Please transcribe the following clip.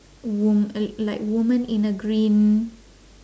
wom~ uh like woman in a green